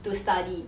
to study